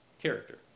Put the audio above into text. character